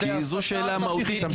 כי זו שאלה מהותית.